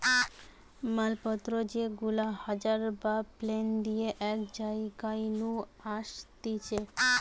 মাল পত্র যেগুলা জাহাজ বা প্লেন দিয়ে এক জায়গা নু আসতিছে